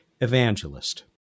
evangelist